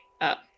up